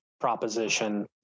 proposition